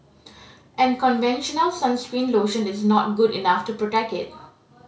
and conventional sunscreen lotion is not good enough to protect it